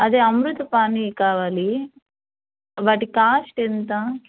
అదే అమృతపాణి కావాలి వాటి కాస్ట్ ఎంత